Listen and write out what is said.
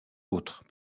autres